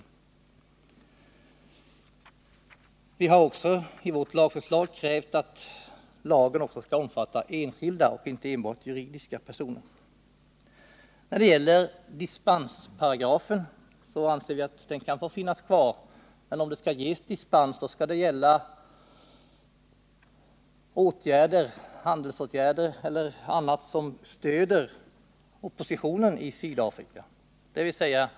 Vi har också i vårt lagförslag krävt att lagen skall omfatta även enskilda och inte enbart juridiska personer. Dispensparagrafen anser vi kan få finnas kvar. Men om det skall ges dispens, då skall det gälla handelsåtgärder eller andra åtgärder som stödjer oppositionen i Sydafrika, dvs.